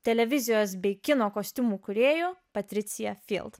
televizijos bei kino kostiumų kūrėju patricija